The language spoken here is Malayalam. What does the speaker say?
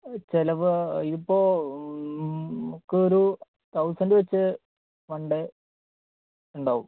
ചിലവ് ഇപ്പോൾ നമുക്കൊരു തൗസൻഡ് വെച്ച് മണ്ടേ ഉണ്ടാവും